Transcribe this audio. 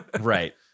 Right